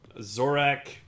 Zorak